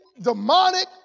demonic